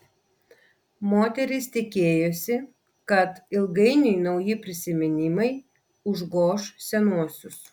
moteris tikėjosi kad ilgainiui nauji prisiminimai užgoš senuosius